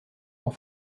pour